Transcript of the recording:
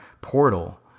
portal